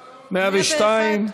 102,